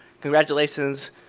Congratulations